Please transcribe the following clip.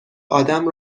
ادم